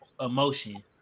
emotion